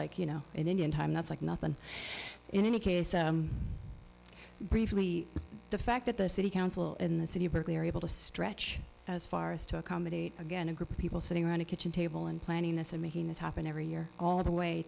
like you know an indian time that's like nothing in any case the fact that the city council in the city of berkeley are able to stretch as far as to accommodate again a group of people sitting around a kitchen table and planning this and making this happen every year all the way